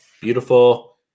beautiful